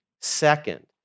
Second